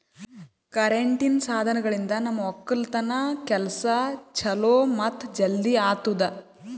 ಕರೆಂಟಿನ್ ಸಾಧನಗಳಿಂದ್ ನಮ್ ಒಕ್ಕಲತನ್ ಕೆಲಸಾ ಛಲೋ ಮತ್ತ ಜಲ್ದಿ ಆತುದಾ